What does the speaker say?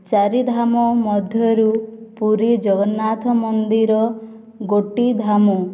ଚାରିଧାମ ମଧ୍ୟରୁ ପୁରୀ ଜଗନ୍ନାଥ ମନ୍ଦିର ଗୋଟିଏ ଧାମ